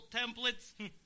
templates